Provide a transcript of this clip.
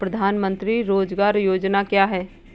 प्रधानमंत्री रोज़गार योजना क्या है?